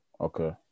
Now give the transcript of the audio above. Okay